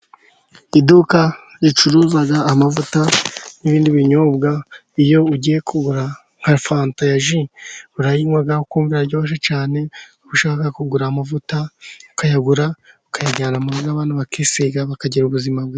Iduka ricuruza amavuta n'ibindi binyobwa, iyo ugiye kugura nka fanta ya ji, urayinywa ukumva iraryoshye cyane, ushaka kugura amavuta ukayagura, ukayajyana mu rugo abana bakisiga, bakagira ubuzima bwiza.